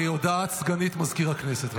הודעת סגנית מזכיר הכנסת.